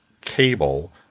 cable